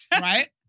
right